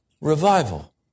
revival